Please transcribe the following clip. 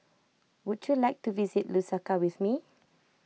would you like to visit Lusaka with me